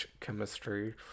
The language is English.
chemistry